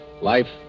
life